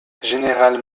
général